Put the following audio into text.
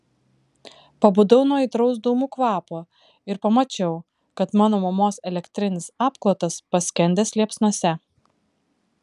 pabudau nuo aitraus dūmų kvapo ir pamačiau kad mano mamos elektrinis apklotas paskendęs liepsnose